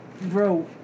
bro